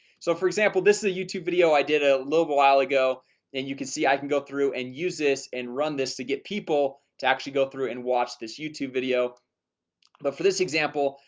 so for example, this is a youtube youtube video i did a little while ago and you can see i can go through and use this and run this to get people to actually go through and watch this youtube video but for this example,